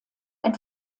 ein